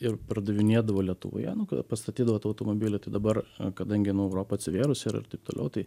ir pardavinėdavo lietuvoje nu kai pastatydavo tą automobilį tai dabar kadangi nu europa atsivėrus ir taip toliau tai